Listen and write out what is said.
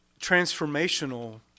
transformational